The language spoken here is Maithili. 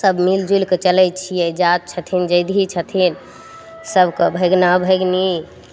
सब मिलि जुलिके चलय छियै जाउत छथिन जैधी छथिन सबके भगिना भगिनी